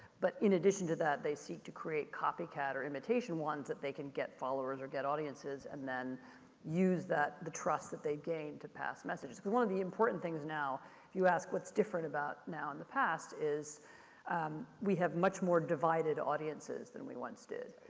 but in addition to that, they seek to create copycat or imitation ones that they can get followers or get audiences and then use that, the trust that they gained to pass messages. because one of the important things now, if you ask what's different about now and the past, is we have much more divided audiences than we once did.